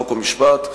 חוק ומשפט,